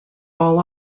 all